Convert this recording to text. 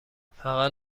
فقط